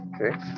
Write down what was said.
Okay